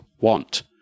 want